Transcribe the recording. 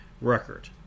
record